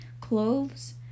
Clothes